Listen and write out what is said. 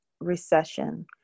recession